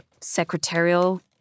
secretarial